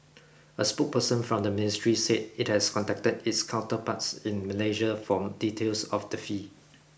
a spokesperson from the ministry said it has contacted its counterparts in Malaysia from details of the fee